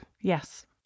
yes